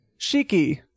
shiki